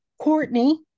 courtney